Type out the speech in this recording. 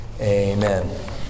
Amen